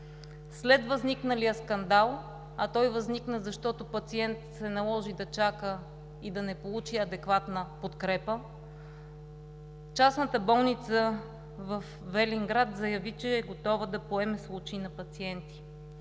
След възникналия скандал, а той възникна, защото пациент се наложи да чака и да не получи адекватна подкрепа, частната болница във Велинград заяви, че е готова да поеме случаи на пациенти.